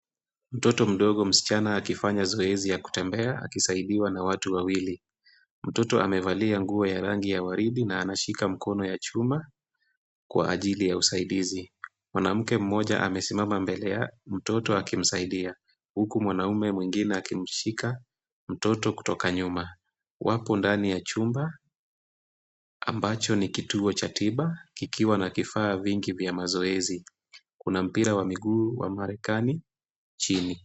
Mtoto mdogo msichana akifanya zoezi ya kutembea akisaidiwa na watu wawili. Mtoto amevalia nguo ya rangi ya waridi na anashika mkono ya chuma kwa ajili ya usaidizi, mwanamke mmoja amesimama mbele ya mtoto akimsaidia huku mwanaume mwengine akimshika mtoto kutoka nyuma. Wapo ndani ya chumba ambacho ni kituo cha tiba kikiwa na kifaa vingi vya mazoezi kuna mpira wa miguu wa Marekani chini.